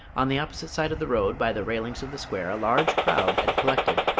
on the opposite side of the road, by the railings of the square, a large crowd had collected,